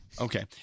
Okay